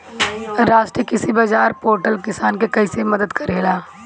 राष्ट्रीय कृषि बाजार पोर्टल किसान के कइसे मदद करेला?